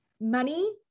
money